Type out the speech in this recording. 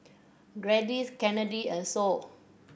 Gladis Kennedy and Sol